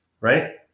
right